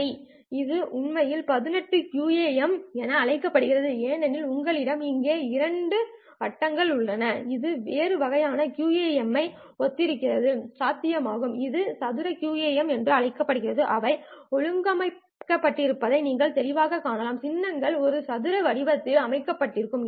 சரி இது உள்ளமைவில் 16 QAM என அழைக்கப்படுகிறது ஏனெனில் உங்களிடம் இங்கே இரண்டு வட்டங்கள் உள்ளன இது வேறு வகையான QAM ஐ வைத்திருப்பதும் சாத்தியமாகும் இது சதுர QAM என்றும் அழைக்கப்படுகிறது அவை ஒழுங்கமைக்கப்பட்டிருப்பதை நீங்கள் தெளிவாகக் காணலாம் சின்னங்கள் ஒரு சதுர வடிவத்தில் அமைக்கப்பட்டிருக்கும்